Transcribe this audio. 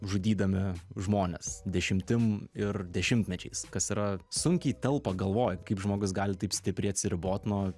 žudydami žmones dešimtim ir dešimtmečiais kas yra sunkiai telpa galvoj kaip žmogus gali taip stipriai atsiribot nuo